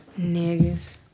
niggas